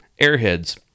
Airheads